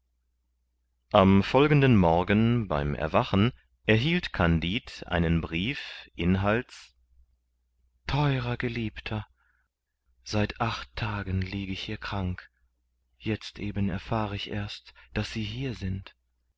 am folgenden morgen beim erwachen erhielt kandid einen brief inhalts theurer geliebter seit acht tagen lieg ich hier krank jetzt eben erfahr ich erst daß sie hier sind